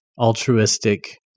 altruistic